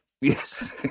Yes